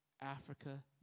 Africa